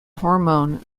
hormone